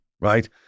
right